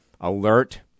alert